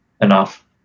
enough